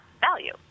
value